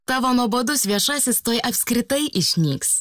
tavo nuobodus viešasis tuoj apskritai išnyks